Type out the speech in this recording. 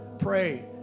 pray